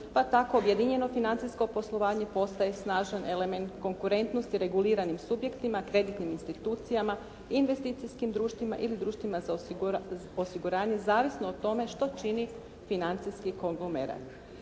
Pa tako objedinjeno financijsko poslovanje postaje snažan element konkurentnosti reguliranim subjektima, kreditnim institucijama, investicijskim društvima ili društvima za osiguranje zavisno o tome što čini financijski konglomerat.